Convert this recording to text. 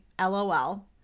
LOL